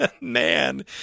man